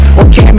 okay